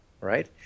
right